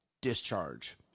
discharge